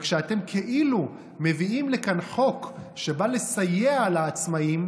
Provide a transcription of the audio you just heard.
כשאתם כאילו מביאים לכאן חוק שבא לסייע לעצמאים,